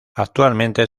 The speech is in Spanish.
actualmente